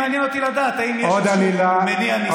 מעניין אותי לדעת אם יש איזשהו מניע נסתר.